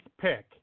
pick